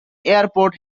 airport